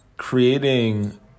Creating